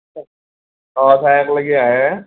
ক'ক অ চাই একলাগি আহে